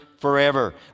forever